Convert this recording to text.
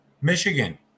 Michigan